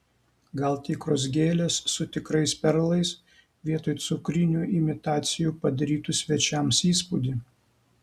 gal tikros gėlės su tikrais perlais vietoj cukrinių imitacijų padarytų svečiams įspūdį